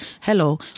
Hello